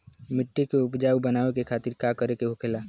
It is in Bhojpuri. मिट्टी की उपजाऊ बनाने के खातिर का करके होखेला?